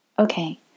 Okay